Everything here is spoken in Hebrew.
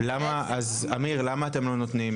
אז אמיר, למה אתם לא נותנים?